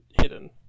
hidden